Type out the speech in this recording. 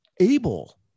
able